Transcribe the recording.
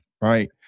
Right